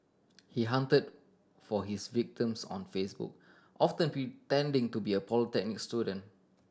he hunted for his victims on Facebook often pretending to be a polytechnic student